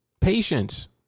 patience